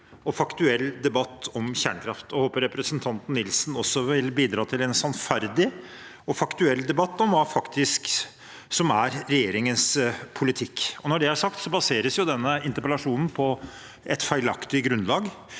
og faktuell debatt om kjernekraft. Jeg håper også representanten Nilsen vil bidra til en sannferdig og faktuell debatt om hva som faktisk er regjeringens politikk. Når det er sagt, baseres denne interpellasjonen på et feilaktig grunnlag.